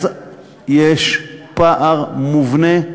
יש פער מובנה.